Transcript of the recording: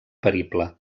perible